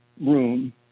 room